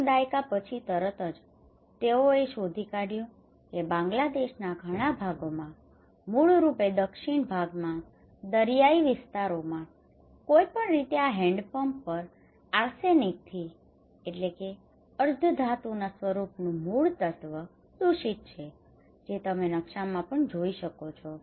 એક દાયકા પછી તરત જ તેઓએ શોધી કાઢયું કે બાંગ્લાદેશના ઘણા ભાગોમાં મૂળરૂપે દક્ષિણ ભાગમાં દરિયાઇ વિસ્તારોમાં કોઈપણ રીતે આ હેન્ડપંપ પણ આર્સેનિકથી arsenic અર્ધધાતુના સ્વરૂપનું મૂળતત્વ દૂષિત છે જે તમે નકશામાં જોઈ શકો છો